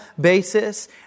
basis